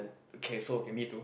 okay so okay me too